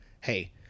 hey